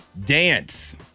Dance